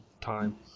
time